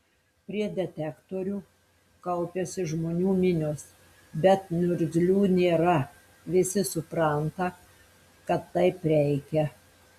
prie detektorių kaupiasi žmonių minios bet niurzglių nėra visi supranta kad taip reikia